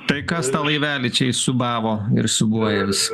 tai kas tą laivelį čia įsiūbavo ir siūbuoja vis